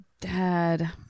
Dad